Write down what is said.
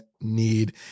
need